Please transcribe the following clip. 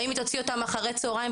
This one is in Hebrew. האם היא תוציא אותם אחר הצהריים,